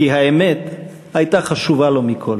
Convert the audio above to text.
כי האמת הייתה חשובה לו מכול.